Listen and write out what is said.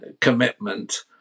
commitment